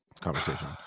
conversation